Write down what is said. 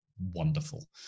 wonderful